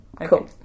Cool